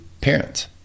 parents